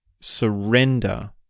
surrender